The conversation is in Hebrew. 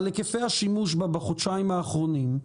על היקפי השימוש בה בחודשיים האחרונים,